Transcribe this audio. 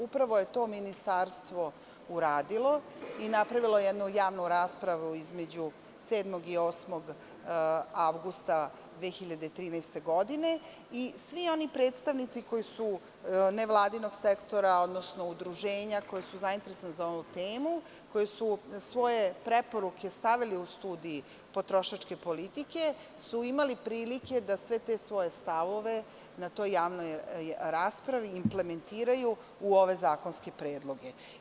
Upravo je to ministarstvo uradilo i napravilo je jednu javnu raspravu između 7. i 8. avgusta 2013. godine i svi oni predstavnici nevladinog sektora, odnosno udruženja koja su zainteresovana za ovu temu, koji su svoje preporuke stavili u studiji potrošačke politike, imali su prilike da sve te svoje stavove na toj javnoj raspravi implementiraju u ove zakonske predloge.